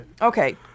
Okay